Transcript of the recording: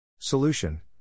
Solution